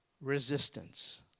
resistance